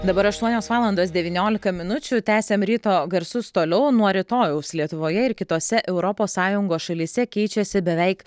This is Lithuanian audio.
dabar aštuonios valandos devyniolika minučių tęsiam ryto garsus toliau nuo rytojaus lietuvoje ir kitose europos sąjungos šalyse keičiasi beveik